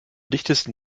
dichtesten